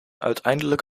uiteindelijk